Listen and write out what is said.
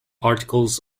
articles